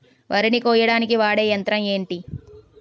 వరి ని కోయడానికి వాడే యంత్రం ఏంటి?